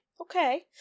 Okay